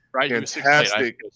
fantastic